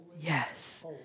yes